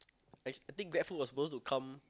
I think Grabfood was suppose to come